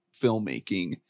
filmmaking